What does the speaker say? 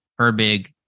Herbig